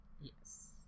Yes